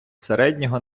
середнього